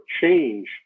change